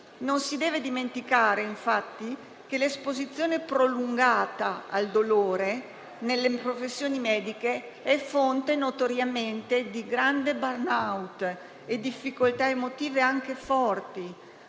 Non si deve dimenticare, infatti, che l'esposizione prolungata al dolore, nelle professioni mediche è fonte, notoriamente, di grande *burnout* e di difficoltà emotive anche forti,